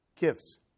gifts